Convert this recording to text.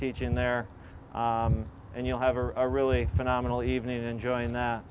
teaching there and you'll have a really phenomenal evening enjoying that